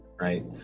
Right